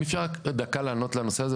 אם אפשר רק דקה לענות לנושא הזה,